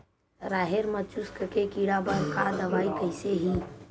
राहेर म चुस्क के कीड़ा बर का दवाई कइसे ही?